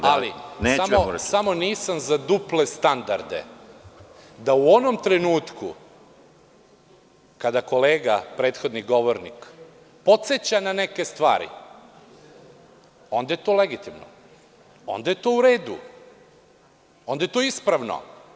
Hteo sam da kažem da ja nisam za duple standarde, da u onom trenutku kada kolega, prethodni govornik podseća na neke stvari, onda je to legitimno, onda je to u redu, onda je to ispravno.